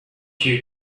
you